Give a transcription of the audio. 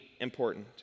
important